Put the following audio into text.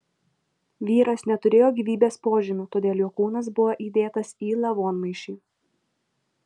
vyras neturėjo gyvybės požymių todėl jo kūnas buvo įdėtas į lavonmaišį